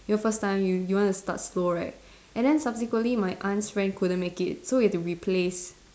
you know first time you you want to start slow right and then subsequently my aunt's friend couldn't make it so we had to replace